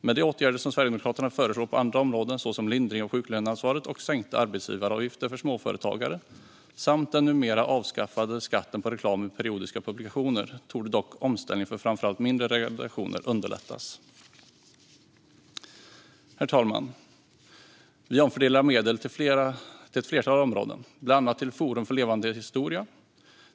Med de åtgärder som Sverigedemokraterna föreslår på andra områden, såsom lindring av sjuklöneansvaret och sänkta arbetsgivaravgifter för småföretagare samt den numera avskaffade skatten på reklam i periodiska publikationer, torde dock omställningen för framför allt mindre redaktioner underlättas. Herr talman! Vi omfördelar medel till ett flertal områden, bland annat till Forum för levande historia.